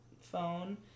phone